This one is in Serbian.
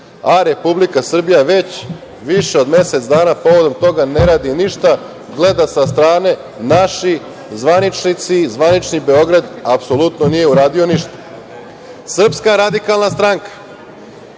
a Republika Srbija već više od mesec dana povodom toga ne radi ništa, gleda sa strane. Naši zvaničnici i zvanični Beograd apsolutno nije uradio ništa. Srpska radikalna stranka